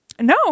No